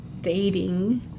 dating